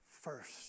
first